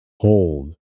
hold